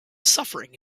suffering